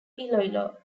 iloilo